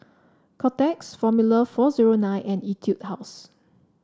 Kotex Formula four zero nine and Etude House